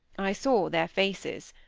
i saw their faces.